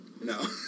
No